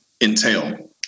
entail